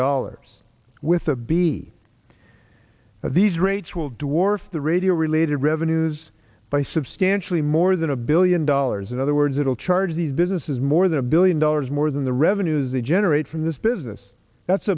dollars with a b these rates will dwarf the radio related revenues by substantially more than a billion dollars in other words it'll charge these businesses more than a billion dollars more than the revenues they generate from this business that's